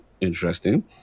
Interesting